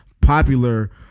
popular